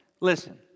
Listen